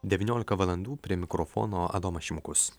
devyniolika valandų prie mikrofono adomas šimkus